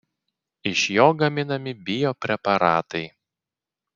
iš jo gaminami biopreparatai